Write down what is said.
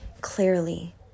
clearly